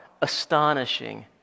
astonishing